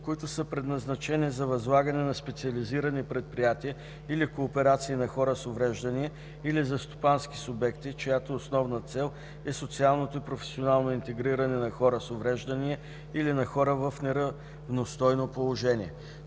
които са предназначени за възлагане на специализирани предприятия или кооперации на хора с увреждания или за стопански субекти, чиято основна цел е социалното и професионално интегриране на хора с увреждания или на хора в неравностойно положение;